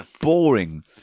boring